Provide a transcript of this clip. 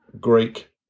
Greek